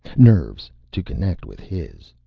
nerves to connect with his.